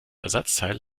ersatzteil